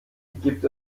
gibt